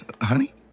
Honey